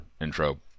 intro